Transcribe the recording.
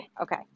okay